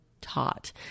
taught